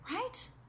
Right